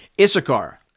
Issachar